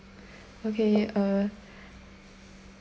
okay uh